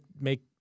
make